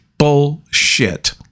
Bullshit